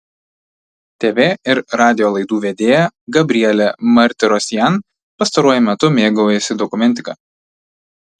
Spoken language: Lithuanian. tv ir radijo laidų vedėja gabrielė martirosian pastaruoju metu mėgaujasi dokumentika